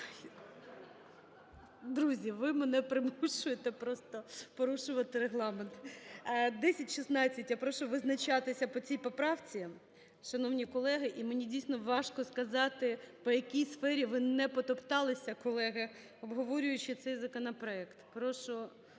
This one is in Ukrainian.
Друзі, ви мене примушуєте просто порушувати Регламент. 1016. Я прошу визначатися по цій поправці. Шановні колеги, і мені, дійсно, важко сказати, по якій сфері ви не потопталися, колеги, обговорюючи цей законопроект.